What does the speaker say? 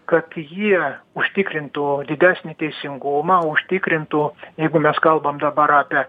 kad jie užtikrintų didesnį teisingumą užtikrintų jeigu mes kalbam dabar apie